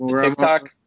TikTok